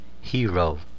Hero